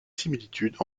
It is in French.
similitudes